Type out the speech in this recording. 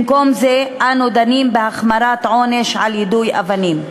במקום זה אנו דנים בהחמרת עונש על יידוי אבנים,